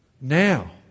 now